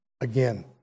again